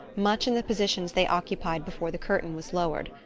much in the positions they occupied before the curtain was lowered.